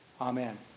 Amen